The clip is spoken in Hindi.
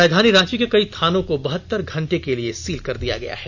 राजधानी रांची के कई थानों को बहतर घंटे के लिए सील कर दिा गया है